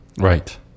Right